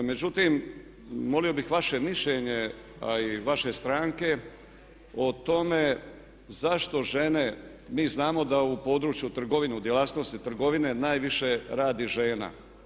Međutim, molio bih vaše mišljenje a i vaše stranke o tome zašto žene, mi znamo da u području trgovine, u djelatnosti trgovine najviše radi žena.